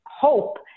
hope